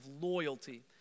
loyalty